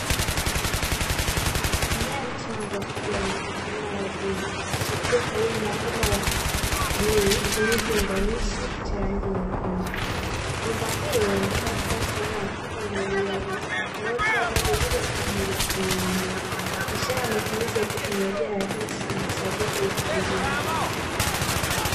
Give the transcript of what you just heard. Mmea mchanga wa kijani ukimea ardhini , ukiwa karibu na bomba la bluu, lenye kiunganishi cha rangi nyekundu. Bomba hilo uonekana kuwa sehemu ya mfumo wa umwagiliaji, unaotoa maji moja kwa moja kwenye mimea. Ishara ya matumizi ya teknolojia raisi na sahihi kwa kilimo.